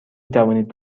توانید